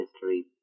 history